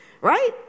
Right